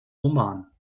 oman